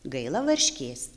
gaila varškės